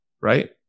right